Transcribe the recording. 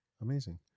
amazing